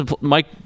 Mike